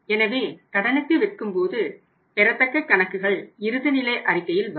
எனவே கடனுக்கு விற்கும்போது பெறத்தக்க கணக்குகள் இறுதி நிலை அறிக்கையில் வரும்